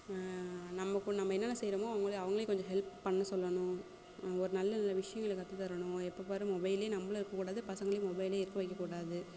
நம்ம போ நம்ம என்னென்ன செய்கிறோமோ அவங்களும் அவர்களையும் கொஞ்சம் ஹெல்ப் பண்ண சொல்லணும் அங்கே ஒரு நல்ல நல்ல விஷயங்களை கற்று தரணும் எப்போப்பாரு மொபைலில் நம்மளும் இருக்கக்கூடாது பசங்களையும் மொபைலில் மொபைலில் வைக்கக்கூடாது